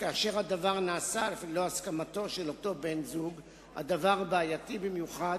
וכאשר הדבר נעשה אף ללא הסכמתו של אותו בן-זוג הדבר בעייתי במיוחד,